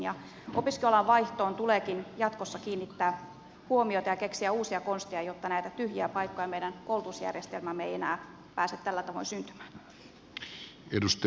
opiskelualan vaihtoon tuleekin jatkossa kiinnittää huomiota ja keksiä uusia konsteja jotta näitä tyhjiä paikkoja meidän koulutusjärjestelmäämme ei enää pääse tällä tavoin syntymään